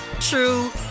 true